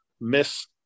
miss